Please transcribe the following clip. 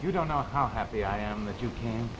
you don't know how happy i am that you ca